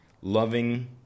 loving